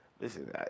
listen